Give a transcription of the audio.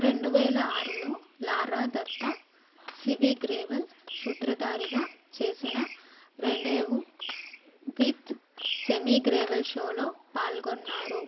రెండు వేల ఆరులో లారా దత్తా సివీ గ్రేవల్ సూత్రధారిగా చేసిన రెండేవు విత్ సెమీ గ్రేవల్ షోలో పాల్గొన్నారు